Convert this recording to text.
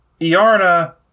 Iarna